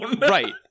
Right